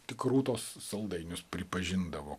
tik rūtos saldainius pripažindavo